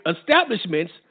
establishments